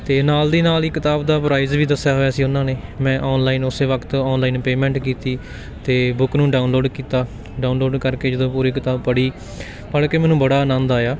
ਅਤੇ ਨਾਲ ਦੀ ਨਾਲ ਹੀ ਕਿਤਾਬ ਦਾ ਪ੍ਰਈਜ਼ ਵੀ ਦੱਸਿਆ ਹੋਇਆ ਸੀ ਉਹਨਾਂ ਨੇ ਮੈਂ ਔਨਲਾਈਨ ਉਸੇ ਵਕਤ ਔਨਲਾਈਨ ਪੇਮੈਂਟ ਕੀਤੀ ਅਤੇ ਬੁੱਕ ਨੂੰ ਡਾਊਨਲੋਡ ਕੀਤਾ ਡਾਊਨਲੋਡ ਕਰਕੇ ਜਦੋਂ ਪੂਰੀ ਕਿਤਾਬ ਪੜ੍ਹੀ ਪੜ੍ਹ ਕੇ ਮੈਨੂੰ ਬੜਾ ਆਨੰਦ ਆਇਆ